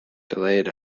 delayed